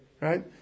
right